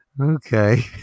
okay